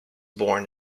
born